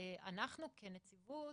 אנחנו כנציבות